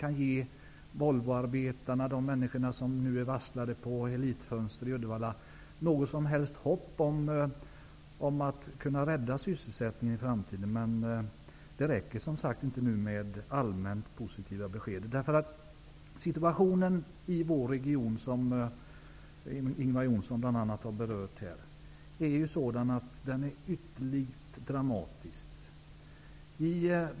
Kan man ge Volvoarbetarna och de människor som nu är varslade på Elit-Fönster i Uddevalla något hopp om att sysselsättningen kan räddas i framtiden? Nu räcker det inte med allmänt positiva besked. Situationen i vår region, som bl.a. Ingvar Johnsson har berört, är ytterligt dramatisk.